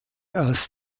als